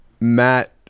Matt